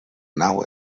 nau